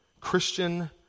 Christian